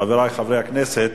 חברי חברי הכנסת,